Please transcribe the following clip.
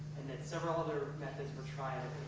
several other methods were tried